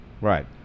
Right